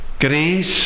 Grace